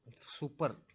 super